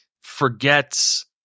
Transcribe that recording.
forgets